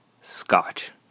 scotch